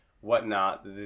whatnot